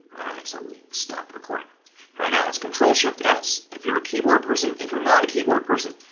all right. so we stop recording right now. it's control shift s if you're a keyboard person, if you're not a keyboard person,